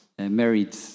married